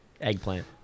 Eggplant